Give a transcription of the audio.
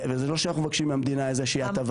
וזה לא שאנחנו מבקשים מהמדינה איזושהי הטבה.